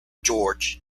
george